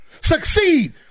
Succeed